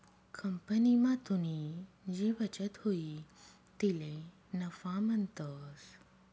कंपनीमा तुनी जी बचत हुई तिले नफा म्हणतंस